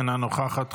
אינה נוכחת,